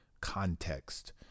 context